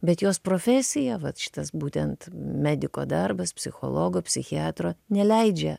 bet jos profesija vat šitas būtent mediko darbas psichologo psichiatro neleidžia